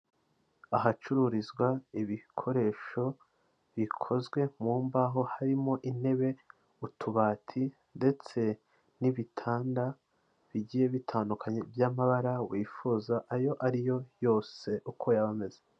Ahacururizwa ibikoresho bikozwe mu mbaho harimo intebe, utubati ndetse n'ibitanda bigiye bitandukanye by'amabara wifuza ayo ari yo yose uko yaba ameze.